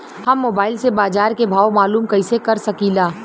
हम मोबाइल से बाजार के भाव मालूम कइसे कर सकीला?